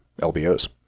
LBOs